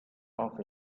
off